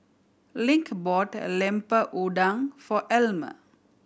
Link brought Lemper Udang for Elmer